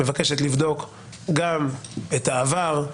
מבקשת לבדוק גם את העבר,